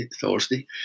Thursday